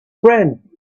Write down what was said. friend